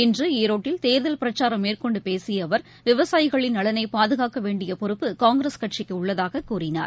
இன்ற ஈரோட்டில் தேர்தல் பிரச்சாரம் மேற்கொண்டு பேசிய அவர் விவசாயிகளின் நலனை பாதுகாக்கவேண்டிய பொறுப்பு காங்கிரஸ் கட்சிக்கு உள்ளதாக கூறினார்